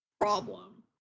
problem